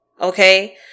Okay